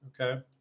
Okay